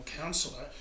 councillor